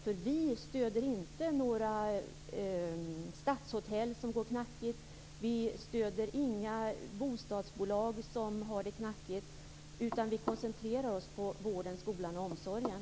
För vi stöder inte några stadshotell som går knackigt. Vi stöder inga bostadsbolag som har det knackigt. Vi koncentrerar oss på vården, skolan och omsorgen.